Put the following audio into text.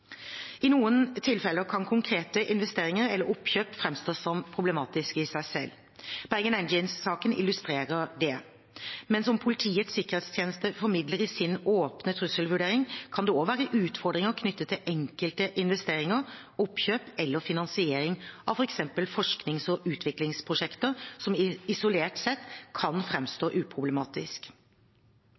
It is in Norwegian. I noen tilfeller kan konkrete investeringer eller oppkjøp framstå som problematiske i seg selv. Bergen Engines-saken illustrerer det. Men som Politiets sikkerhetstjeneste formidler i sin åpne trusselvurdering, kan det også være utfordringer knyttet til enkelte investeringer, oppkjøp eller finansiering av f.eks. forsknings- og utviklingsprosjekter som isolert sett kan framstå som uproblematisk.